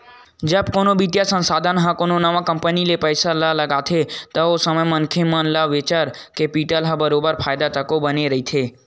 जब कोनो बित्तीय संस्था ह कोनो नवा कंपनी म पइसा ल लगाथे ओ समे म मनखे मन ल वेंचर कैपिटल ले बरोबर फायदा तको बने रहिथे